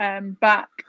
back